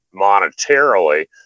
monetarily